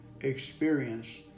experience